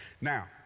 Now